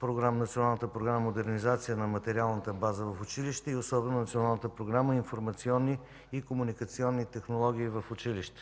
г. – Националната програма „Модернизация на материалната база в училище” и особено Националната програма „Информационни и комуникационни технологии в училище”.